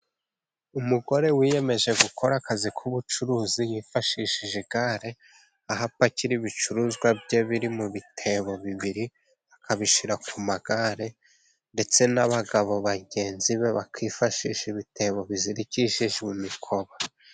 Umugore wiyemeje gukora akazi k'ubucuruzi yifashishije igare, aho apakira ibicuruzwa bye biri mu bitebo bibiri akabishyira ku magare, ndetse n'abagabo bagenzi be bakifashisha ibitebo bizirikishijwe imikoba.